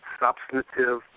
substantive